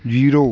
zero